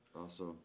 Awesome